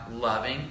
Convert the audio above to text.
loving